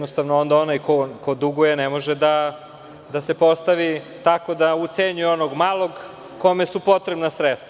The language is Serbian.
Onaj ko duguje ne može da se postavi tako da ucenjuje onog malog kome su potrebna sredstva.